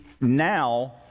now